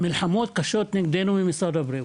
מלחמות קשות נגדנו ממשרד הבריאות.